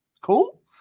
cool